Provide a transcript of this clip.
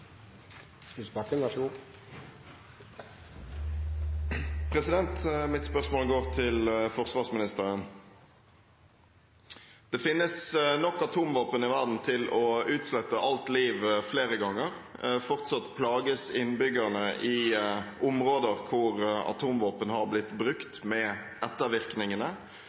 Mitt spørsmål går til forsvarsministeren: Det finnes nok atomvåpen i verden til å utslette alt liv flere ganger. Fortsatt plages innbyggerne i områder hvor atomvåpen har blitt brukt, med ettervirkningene,